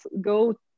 go